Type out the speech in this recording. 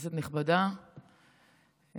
כנסת נכבדה,